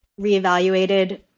reevaluated